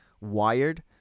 wired